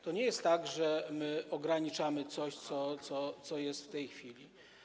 To nie jest tak, że my ograniczamy coś, co jest w tej chwili.